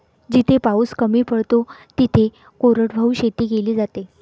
जिथे पाऊस कमी पडतो तिथे कोरडवाहू शेती केली जाते